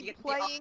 Playing